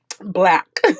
Black